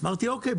אמרתי אוקיי,